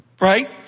Right